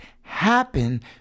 happen